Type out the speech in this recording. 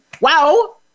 Wow